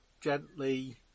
gently